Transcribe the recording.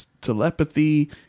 telepathy